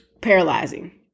paralyzing